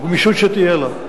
גמישות שתהיה לה,